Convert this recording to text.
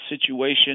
situation